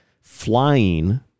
flying